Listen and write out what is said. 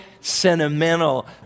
sentimental